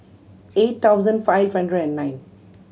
eight thousand five hundred and nine